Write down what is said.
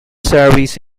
service